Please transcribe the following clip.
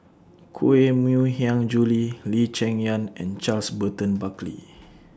Koh Mui Hiang Julie Lee Cheng Yan and Charles Burton Buckley